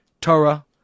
Torah